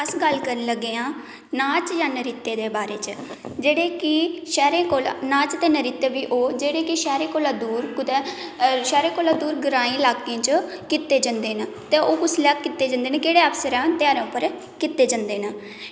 अस गल्ल करन लग्गे आं नाच जां नृत्य दे बारै च जेह्ड़े की शैह्रें कोला नाच ते नृत्य बी ओह् जेह्ड़े की शैह्रें कोला दूर कुदै ग्रांईं लाकें च कीते जंदे न ते ओह् कुसलै कीते जंदे न ध्यारें च कीते जंदे न